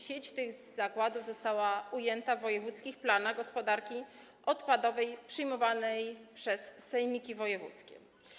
Sieć tych zakładów została ujęta w wojewódzkich planach gospodarki odpadowej przyjmowanych przez sejmiki wojewódzkie.